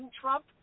trump